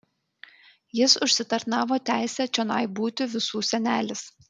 jis užsitarnavo teisę čionai būti visų senelis